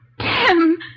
Tim